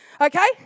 Okay